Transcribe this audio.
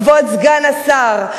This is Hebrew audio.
כבוד סגן השר,